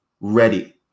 ready